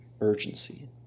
urgency